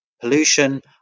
pollution